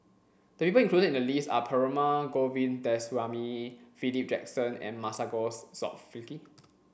the people included in the list are Perumal Govindaswamy Philip Jackson and Masagos Zulkifli